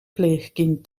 pleegkind